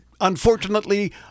unfortunately